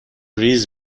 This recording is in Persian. ریز